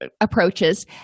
approaches